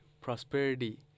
prosperity